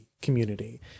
community